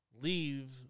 leave